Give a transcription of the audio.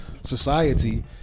society